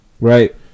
Right